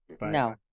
No